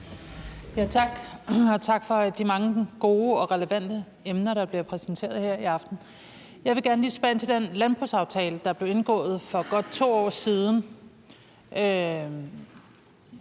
tak for de mange gode og relevante emner, der bliver præsenteret her i aften. Jeg vil gerne spørge ind til den landbrugsaftale, der blev indgået for godt 2 år siden.